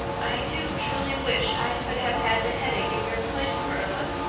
i do truly wish i could have had the headache in your place, marilla.